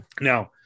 now